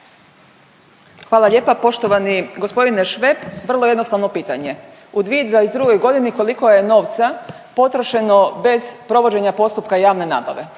Hvala lijepa. Poštovani g. Šveb, vrlo jednostavno pitanje, u 2022.g. koliko je novca potrošeno bez provođenja postupka javne nabave?